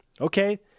Okay